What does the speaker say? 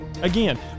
Again